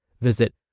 Visit